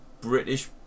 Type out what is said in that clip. British